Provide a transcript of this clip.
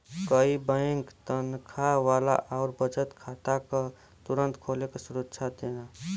कई बैंक तनखा वाला आउर बचत खाता क तुरंत खोले क सुविधा देन